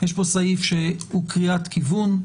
יש פה סעיף שהוא קריאת כיוון.